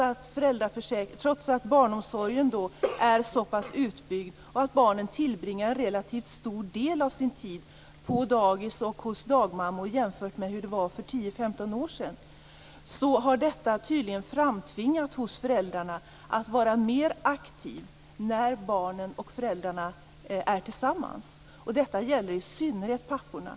Att barnomsorgen är så pass utbyggd och att barnen tillbringar en relativt stor del av sin tid på dagis och hos dagmammor jämfört med hur det var för tio femton år sedan, har tydligen framtvingat att föräldrarna är mer aktiva när barnen och föräldrarna är tillsammans. Detta gäller i synnerhet papporna.